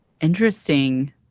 interesting